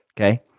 Okay